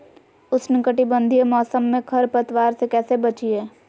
उष्णकटिबंधीय मौसम में खरपतवार से कैसे बचिये?